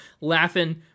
laughing